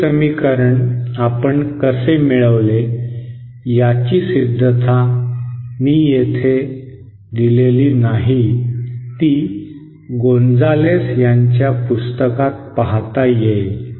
हे समीकरण आपण कसे मिळवले याची सिद्धता मी येथे दिलेली नाही ती गोंजालेस यांच्या पुस्तकात पाहता येईल